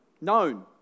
known